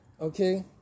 okay